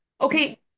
Okay